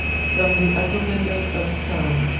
from the upper windows of some,